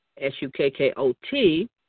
S-U-K-K-O-T